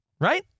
Right